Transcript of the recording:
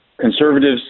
Conservatives